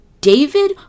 david